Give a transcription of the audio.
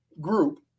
group